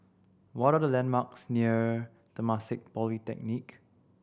what are the landmarks near Temasek Polytechnic